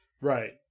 Right